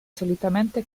solitamente